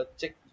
check